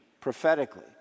prophetically